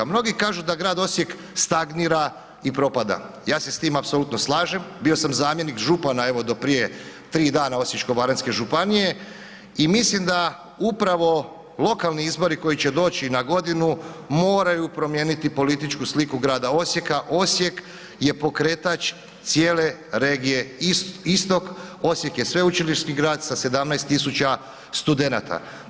Mnogi kažu da grad Osijek stagnira i propada, ja se s tim apsolutno slažem, bio sam zamjenik župana evo, do prije 3 dana Osječko-baranjske županije i mislim da upravo lokalni izbori koji će doći na godinu moraju promijeniti političku sliku grada Osijeka, Osijek je pokretač cijele regije istok, Osijek je sveučilišni grad sa 17 tisuća studenata.